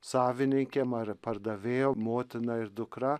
savinikėm ar pardavėjom motina ir dukra